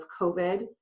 COVID